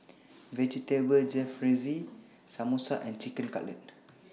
Vegetable Jalfrezi Samosa and Chicken Cutlet